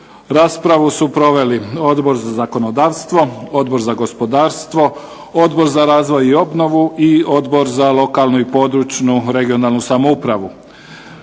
Raspravu su proveli Odbor za zakonodavstvo, Odbor za gospodarstvo, Odbor za razvoj i obnovu i Odbor za lokalnu i područnu (regionalnu) samoupravu.